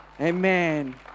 Amen